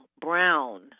Brown